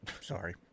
Sorry